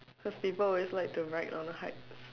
cause people always like to ride on hype